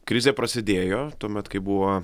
krizė prasidėjo tuomet kai buvo